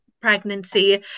pregnancy